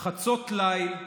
"חצות ליל.